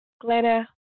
Glenna